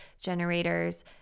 generators